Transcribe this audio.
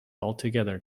altogether